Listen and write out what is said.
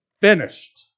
finished